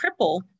cripple